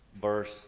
verse